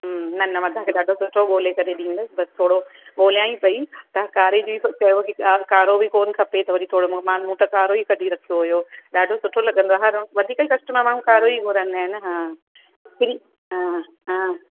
न न मां तव्हांखे ॾाढो सुठो ॻोल्हे करे ॾींदसि थोरो ॻोल्हियां ई पई तव्हां कारे जी चयो कारो बि कोन खपे त वरी थोरो मां मूं त कारो ई कढी रखियो हुओ ॾाढो सुठो लॻंदो आहे हर उहो वधीक ई कस्टमर तमामु कारो ई घुरंदा आहिनि हा हा हा